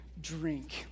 drink